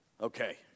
Okay